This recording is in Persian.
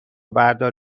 بردار